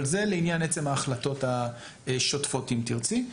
אבל זה לעניין עצם ההחלטות השוטפות, אם תרצי.